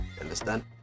understand